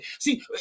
See